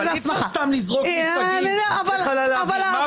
אבל אי-אפשר סתם לזרוק מושגים בחלל האוויר.